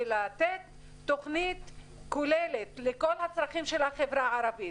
ולתת תוכנית כוללת לכל הצרכים של החברה הערבית.